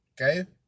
Okay